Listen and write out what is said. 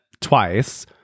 twice